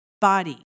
body